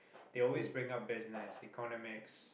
they always bring up business economics